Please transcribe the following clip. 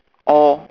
oh